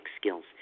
skills